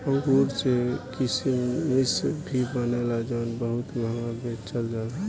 अंगूर से किसमिश भी बनेला जवन बहुत महंगा बेचल जाला